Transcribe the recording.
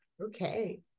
okay